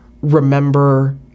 remember